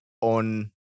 on